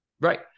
right